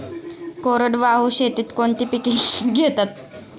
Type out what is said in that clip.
कोरडवाहू शेतीत कोणती पिके घेतात?